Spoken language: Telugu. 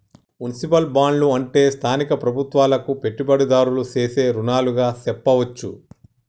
మున్సిపల్ బాండ్లు అంటే స్థానిక ప్రభుత్వాలకు పెట్టుబడిదారులు సేసే రుణాలుగా సెప్పవచ్చు